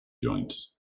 joints